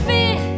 Fear